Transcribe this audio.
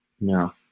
No